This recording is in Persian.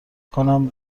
کنم